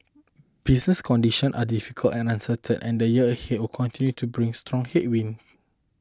business conditions are difficult and uncertain and the year ahead will continue to bring strong headwinds